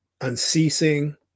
unceasing